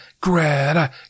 Greta